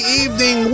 evening